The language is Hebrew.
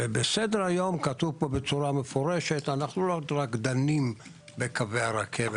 בסדר-היום כתוב פה בצורה מפורשת אנחנו לא רק דנים בקווי הרכבת,